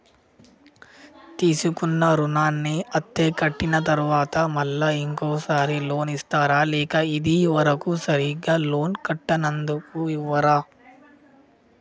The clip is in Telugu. తీసుకున్న రుణాన్ని అత్తే కట్టిన తరువాత మళ్ళా ఇంకో సారి లోన్ ఇస్తారా లేక ఇది వరకు సరిగ్గా లోన్ కట్టనందుకు ఇవ్వరా?